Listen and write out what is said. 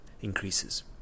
increases